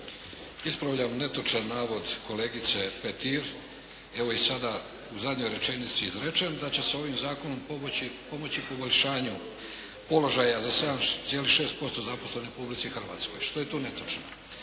Ispravljam netočan navod kolegice Petir evo i sada u zadnjoj rečenici izrečen da će se ovim zakonom pomoći poboljšanju položaja za 7,6% zaposlenih u Republici Hrvatskoj. Što je tu netočno?